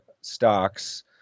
stocks